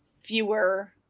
fewer